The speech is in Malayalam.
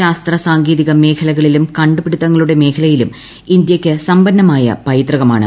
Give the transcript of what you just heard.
ശാസ്ത്ര സാങ്കേതിക മേഖലകളിലും കണ്ടുപിടിത്തങ്ങളുടെ മേഖലയിലും ഇന്ത്യയ്ക്ക് സമ്പന്നമായ പൈതൃകമാണ്